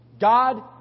God